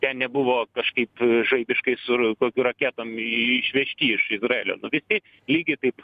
ten nebuvo kažkaip žaibiškai su kokių raketom išvežti iš izraelio nu vis tiek lygiai taip